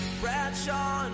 Bradshaw